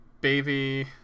baby